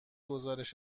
گزارش